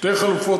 שתי חלופות,